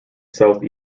south